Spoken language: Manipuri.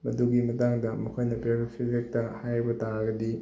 ꯃꯗꯨꯒꯤ ꯃꯇꯥꯡꯗ ꯃꯈꯣꯏꯅ ꯄꯤꯔꯛꯄ ꯐꯤꯗꯕꯦꯛꯇ ꯍꯥꯏꯕ ꯇꯥꯔꯒꯗꯤ